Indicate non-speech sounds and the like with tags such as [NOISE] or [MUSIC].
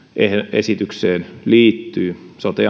esitykseen liittyy sote [UNINTELLIGIBLE]